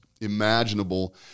imaginable